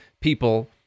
people